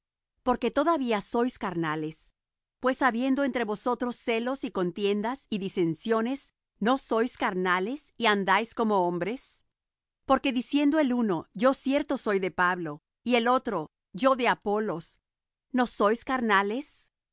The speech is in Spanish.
porque todavía sois carnales pues habiendo entre vosotros celos y contiendas y disensiones no sois carnales y andáis como hombres porque diciendo el uno yo cierto soy de pablo y el otro yo de apolos no sois carnales